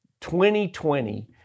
2020